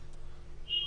שאלתי,